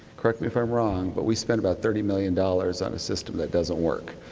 correct me if i'm wrong, but we spent about thirty million dollars on a system that doesn't work.